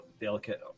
delicate